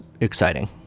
exciting